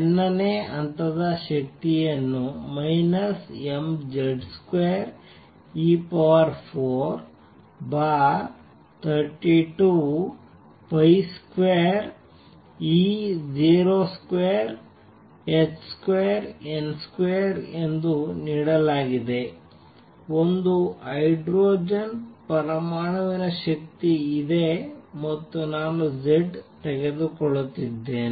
n ನೇ ಹಂತದ ಶಕ್ತಿಯನ್ನು mz2e432202h2n2 ಎಂದು ನೀಡಲಾಗಿದೆ ಒಂದು ಹೈಡ್ರೋಜನ್ ಪರಮಾಣುವಿನ ಶಕ್ತಿ ಇದೆ ಮತ್ತು ನಾನು Z ತೆಗೆದುಕೊಳ್ಳುತ್ತಿದ್ದೇನೆ